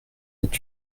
est